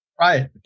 Right